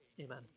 Amen